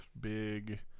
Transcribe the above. big